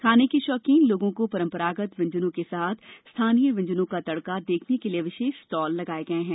खाने के शौकीन लोगों को परंपरागत व्यंजनों के साथ स्थानीय व्यंजनों का तड़का देने के लिए विशेष स्टॉल लगाए गए हैं